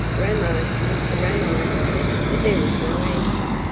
ramo! mr ramo but there was no answer,